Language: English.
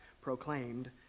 proclaimed